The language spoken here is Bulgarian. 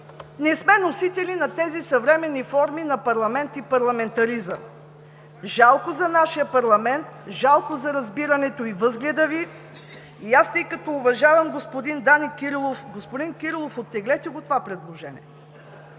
не сме носители на тези съвременни форми на парламент и парламентаризъм. Жалко за нашия парламент, жалко за разбирането и възгледа Ви. Тъй като уважавам господин Данаил Кирилов, господин Кирилов, оттеглете го това предложение.